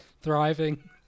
thriving